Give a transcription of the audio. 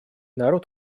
народ